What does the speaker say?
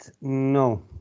no